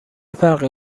فرقی